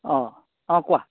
অঁ অঁ কোৱা